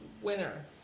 winner